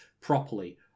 properly